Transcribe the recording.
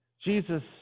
Jesus